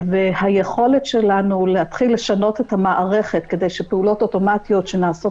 והיכולת שלנו להתחיל לשנות את המערכת כדי שפעולות אוטומטיות שנעשות